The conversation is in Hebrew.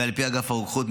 ועל פי אגף הרוקחות,